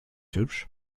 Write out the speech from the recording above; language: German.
hübsch